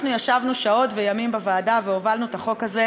אנחנו ישבנו שעות וימים בוועדה והובלנו את החוק הזה,